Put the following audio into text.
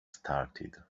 started